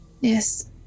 Yes